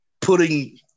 putting